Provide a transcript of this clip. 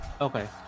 okay